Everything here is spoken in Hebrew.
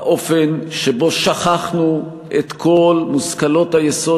האופן שבו שכחנו את כל מושכלות היסוד